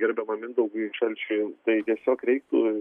gerbiamam mindaugui šalčiui tai tiesiog reiktų